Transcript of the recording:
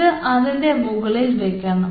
ഇത് അതിൻറെ മുകളിൽ വയ്ക്കണം